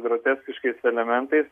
groteskiškais elementais